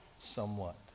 somewhat